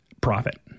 profit